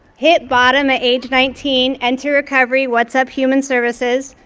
hit bottom at age nineteen, enter recovery, what's up, human services?